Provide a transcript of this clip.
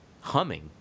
humming